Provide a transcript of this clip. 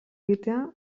egitea